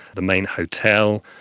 the main hotel.